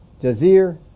Jazir